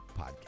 podcast